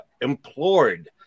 implored